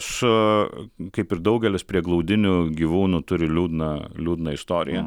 su kaip ir daugelis prieglaudinių gyvūnų turi liūdną liūdną istoriją